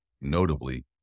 notably